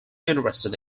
interested